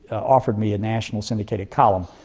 offered me a national syndicated column,